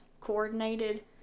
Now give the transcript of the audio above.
coordinated